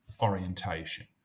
orientation